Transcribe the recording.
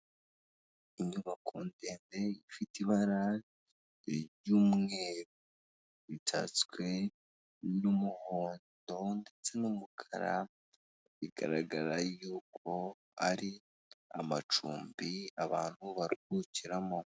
Inyubako ndende ifite ibara ry'umweru ritatswe n'umuhondo ndetse n'umukara, bigaragara y'uko ari amacumbi abantu baruhukiramo.